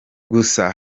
gusa